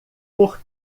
por